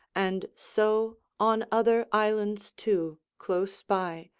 and so on other islands too, close by,